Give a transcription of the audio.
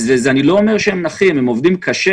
אני לא אומר שהם נחים, הם עובדים קשה.